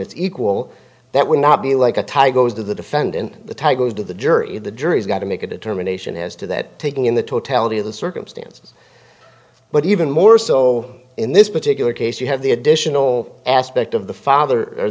it's equal that would not be like a tie goes to the defendant the tie goes to the jury the jury's got to make a determination as to that taking in the totality of the circumstances but even more so in this particular case you have the additional aspect of the father or